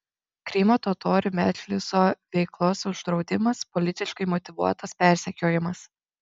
krymo totorių medžliso veiklos uždraudimas politiškai motyvuotas persekiojimas